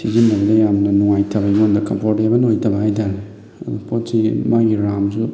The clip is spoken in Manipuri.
ꯁꯤꯖꯤꯟꯅꯕꯗ ꯌꯥꯝꯅ ꯅꯨꯡꯉꯥꯏꯇꯕ ꯑꯩꯉꯣꯟꯗ ꯀꯝꯐꯣꯔꯇꯦꯕꯜ ꯑꯣꯏꯗꯕ ꯍꯥꯏꯇꯥꯔꯦ ꯑꯗꯨ ꯄꯣꯠꯁꯤꯒꯤ ꯃꯥꯒꯤ ꯔꯥꯝꯁꯨ